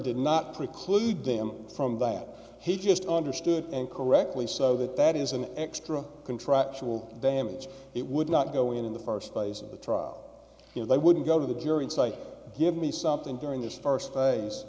did not preclude them from that he just understood and correctly so that that is an extra contractual damage it would not go in in the first place of the trial you know they wouldn't go to the jury and cite give me something during this first p